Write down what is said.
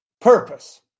purpose